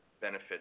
benefit